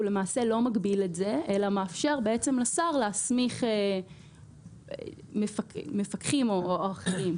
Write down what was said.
הוא למעשה לא מגביל את זה אלא מאפשר לשר להסמיך מפקחים או אחראים.